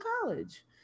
college